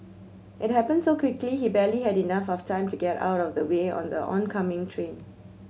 it happened so quickly he barely had enough of time to get out of the way on the oncoming train